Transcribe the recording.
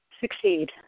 succeed